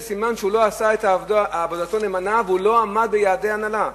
סימן שהוא לא עשה את עבודתו נאמנה ולא עמד ביעדי ההנהלה.